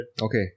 Okay